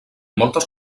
moltes